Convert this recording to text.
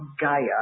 Gaia